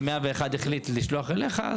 אם 101 החליט לשלוח אליך,